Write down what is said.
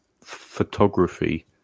photography